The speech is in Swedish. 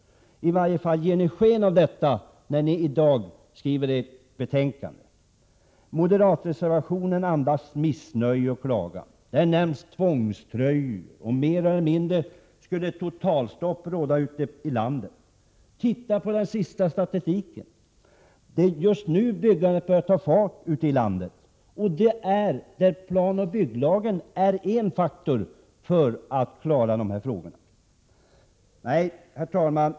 I varje fall ger ni sken av det i dag, med tanke på vad ni skriver i er reservation till betänkandet. Moderatreservationen andas missnöje och klagan. Där nämns tvångströjor och att det mer eller mindre skulle råda totalstopp ute i landet. Titta på den senaste statistiken! Det är just nu som byggandet börjar ta fart ute i landet. Planoch bygglagen är en faktor när det gäller att klara dessa frågor.